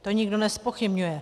To nikdo nezpochybňuje.